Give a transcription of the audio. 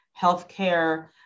healthcare